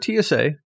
TSA